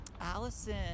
Allison